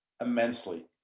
immensely